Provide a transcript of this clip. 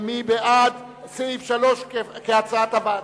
מי בעד סעיף 3 כהצעת הוועדה?